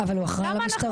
אבל הוא אחראי על המשטרה.